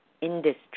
industry